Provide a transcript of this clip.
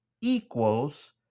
equals